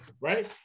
right